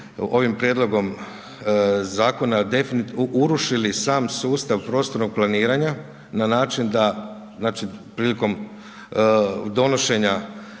ovim prijedlogom zakona, urušili sam sustav prostornog planiranja, na način da znači, prilikom donošenja